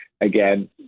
again